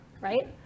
right